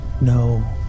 No